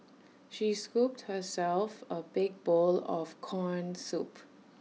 she scooped herself A big bowl of Corn Soup